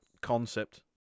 concept